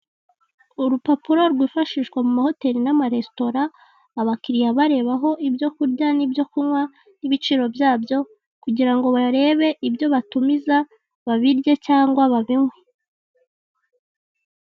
Urupapuro rwifashishwa mu mahoteli n'amaresitora, abakiriya barebaho ibyo kurya n'ibyokunywa n'ibiciro byabyo, kugira ngo barebe ibyo batumiza babirye cyangwa babinywe.